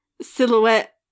silhouette